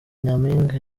nyampinga